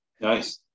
Nice